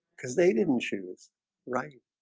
because they didn't choose right